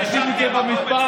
תשים את זה במטבח.